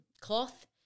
cloth